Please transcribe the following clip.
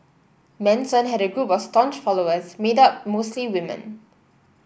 Manson had a group of staunch followers made up mostly women